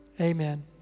Amen